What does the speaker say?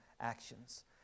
actions